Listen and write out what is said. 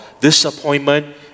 disappointment